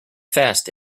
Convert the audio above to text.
fast